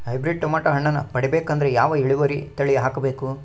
Hybrid tomato ಹಣ್ಣನ್ನ ಪಡಿಬೇಕಂದರ ಯಾವ ಇಳುವರಿ ತಳಿ ಹಾಕಬೇಕು?